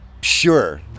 sure